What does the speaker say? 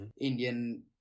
Indian